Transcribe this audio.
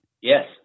Yes